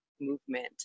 movement